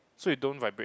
so it don't vibrate